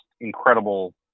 incredible